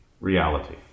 reality